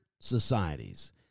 Societies